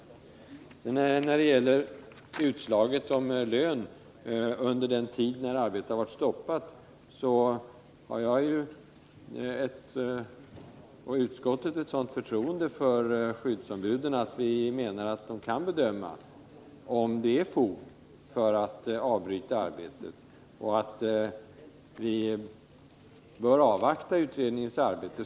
Arbetsdomstolens utslag innebar alltså att lön skall utgå under den tid då arbetet med fog har varit stoppat. Utskottet har ett sådant förtroende för skyddsombuden, att vi menar att de kan bedöma om det finns fog för att avbryta arbetet. Vi bör därför avvakta utredningens arbete.